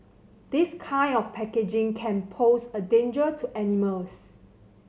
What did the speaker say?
this kind of packaging can pose a danger to animals